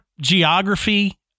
geography